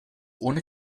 ohne